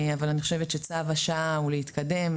אבל אני חושבת שצו השעה הוא להתקדם,